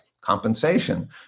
compensation